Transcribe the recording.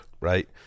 right